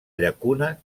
llacuna